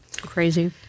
Crazy